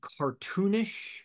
cartoonish